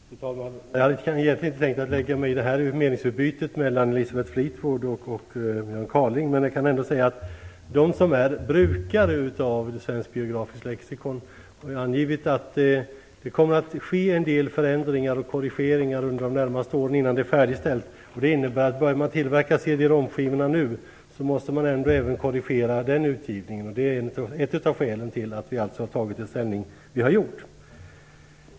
Fru talman! Jag hade egentligen inte tänkt lägga mig i meningsutbytet mellan Elisabeth Fleetwood och Björn Kaaling. Men jag kan ändå säga att de som är brukare av Svenskt biografiskt lexikon har angivit att det kommer att ske en del förändringar och korrigeringar under de närmaste åren innan det är färdigställt. Det innebär att om man börjar tillverka CD-ROM skivorna nu måste man korrigera även den utgivningen. Det är ett av skälen till att vi har tagit ställning på det sätt vi har gjort.